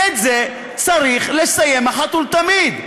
ואת זה צריך לסיים אחת ולתמיד.